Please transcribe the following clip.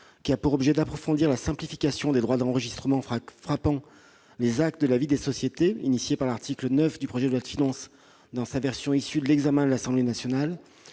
qui a pour objet d'approfondir la simplification des droits d'enregistrement frappant les actes de la vie des sociétés initiée par l'article 9 du projet de loi de finances dans sa version issue des travaux de l'Assemblée nationale.